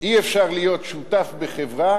אי-אפשר להיות שותף בחברה